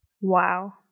wow